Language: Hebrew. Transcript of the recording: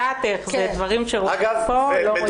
דברים שרואים מפה לא רואים משם.